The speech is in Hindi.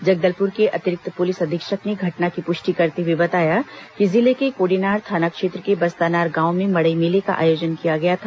जगदलपुर के अतिरिक्त पुलिस अधीक्षक ने घटना की पुष्टि करते हुए बताया कि जिले के कोडेनार थाना क्षेत्र के बस्तानार गांव में मड़ई मेले का आयोजन किया गया था